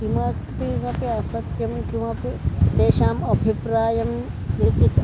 किमपि किमपि असत्यम् किमपि तेषाम् अभिप्रायं लिखितम्